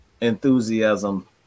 enthusiasm